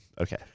Okay